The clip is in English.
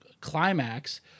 climax